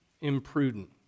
imprudent